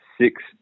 six